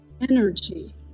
energy